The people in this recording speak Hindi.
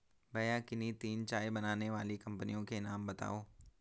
भैया किन्ही तीन चाय बनाने वाली कंपनियों के नाम बताओ?